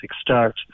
start